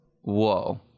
Whoa